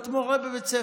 להיות מורה בבית ספר.